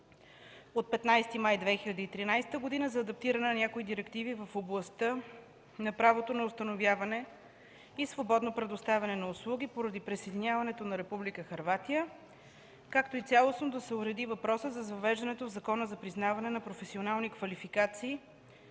от 13 май 2013 г. за адаптиране на някои директиви в областта на правото на установяване и свободното предоставяне на услуги поради присъединяването на Република Хърватия, както и цялостно да се уреди въпросът с въвеждането в Закона за признаване на професионални квалификации